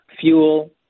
fuel